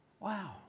Wow